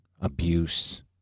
abuse